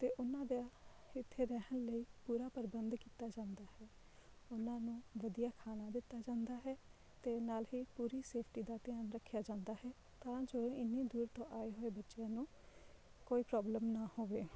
ਅਤੇ ਉਹਨਾਂ ਦਾ ਇੱਥੇ ਰਹਿਣ ਲਈ ਪੂਰਾ ਪ੍ਰਬੰਧ ਕੀਤਾ ਜਾਂਦਾ ਹੈ ਉਹਨਾਂ ਨੂੰ ਵਧੀਆ ਖਾਣਾ ਦਿੱਤਾ ਜਾਂਦਾ ਹੈ ਅਤੇ ਨਾਲ ਹੀ ਪੂਰੀ ਸੇਫਟੀ ਦਾ ਧਿਆਨ ਰੱਖਿਆ ਜਾਂਦਾ ਹੈ ਤਾਂ ਜੋ ਇੰਨੀ ਦੂਰ ਤੋਂ ਆਏ ਹੋਏ ਬੱਚਿਆਂ ਨੂੰ ਕੋਈ ਪ੍ਰੋਬਲਮ ਨਾ ਹੋਵੇ